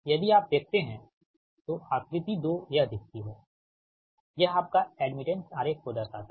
यदि आप देखते हैं तो आकृति 2 यह दिखती है यह आपका एड्मिटेंस आरेख को दर्शाता हैं